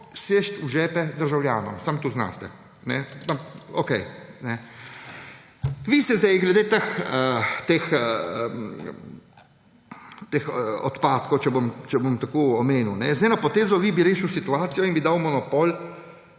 Vse v žepe državljanov. Samo to znate, okej. Vi ste sedaj glede teh odpadkov, če bom tako omenil, z eno potezo vi bi rešili situacijo in bi dal monopol